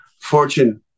Fortune